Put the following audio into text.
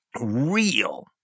real